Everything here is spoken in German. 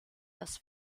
das